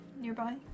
nearby